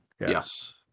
Yes